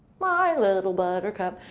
my little buttercup,